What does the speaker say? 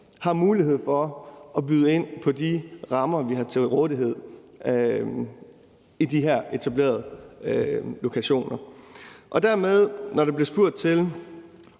har mulighed for at byde ind på de rammer, vi stiller til rådighed på de her etablerede lokationer. Når der fra Nye